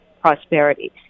prosperity